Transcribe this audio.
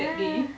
ya